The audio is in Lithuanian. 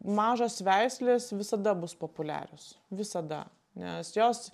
mažos veislės visada bus populiarios visada nes jos